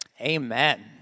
amen